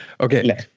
Okay